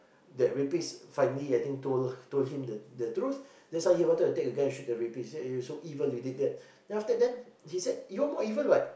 that rapist finally I think told told him the truth then suddenly he wanted to take the gun and shoot the rapist say you so evil you did that after that he said that you are more evil what